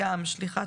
גם שליחת